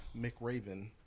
McRaven